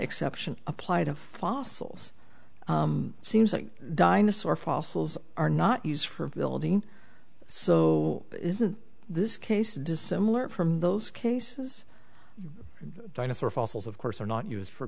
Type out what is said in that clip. exception apply to fossils seems like dinosaur fossils are not use for building so isn't this case dissimilar from those cases dinosaur fossils of course are not used for